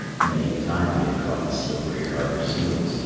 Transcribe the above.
many a time he had caught the slippery harbour seals,